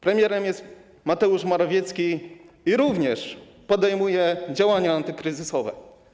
Premierem jest Mateusz Morawiecki i również on podejmuje działania antykryzysowe.